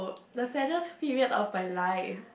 the saddest period of my life